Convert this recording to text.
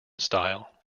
style